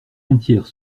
entière